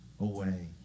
away